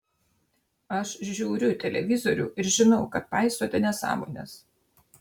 aš žiūriu televizorių ir žinau kad paistote nesąmones